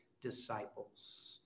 disciples